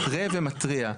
מתרה מתריע,